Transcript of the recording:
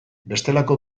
bestelako